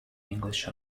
english